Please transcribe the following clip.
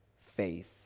faith